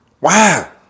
Wow